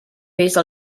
pesa